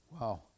wow